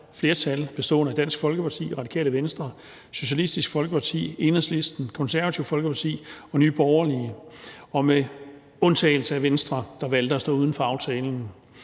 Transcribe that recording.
flertal bestående af Dansk Folkeparti, Radikale Venstre, Socialistisk Folkeparti, Enhedslisten, Det Konservative Folkeparti og Nye Borgerlige – og med undtagelse af Venstre, der valgte at stå uden for aftalen.